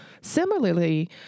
Similarly